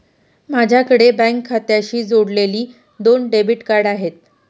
माझ्याकडे बँक खात्याशी जोडलेली दोन डेबिट कार्ड आहेत